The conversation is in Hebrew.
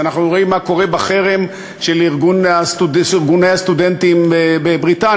אנחנו רואים מה קורה בחרם של איגוד הסטודנטים בבריטניה,